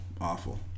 awful